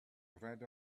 read